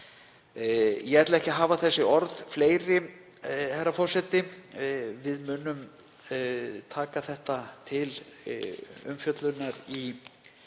Ég ætla ekki að hafa orð mín fleiri, herra forseti. Við munum taka þetta til umfjöllunar í